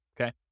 okay